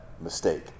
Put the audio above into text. mistake